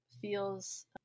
feels